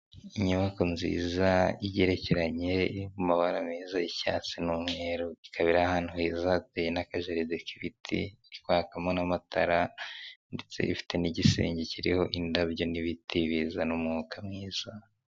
Inyubako nziza igerekeranye mu mabara meza y'icyatsi n'umweru, ikaba iri ahantu heza hateye n'akajaride k'ibiti irikwamo n'amatara ndetse ifite n'igisenge kiriho indabyo n'ibiti bizana umwuka mwiza.